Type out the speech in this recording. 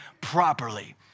properly